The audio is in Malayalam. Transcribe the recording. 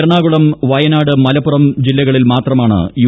എറണാകുളു വയനാട് മലപ്പുറം ജില്ലകളിൽ മാത്രമാണ് യു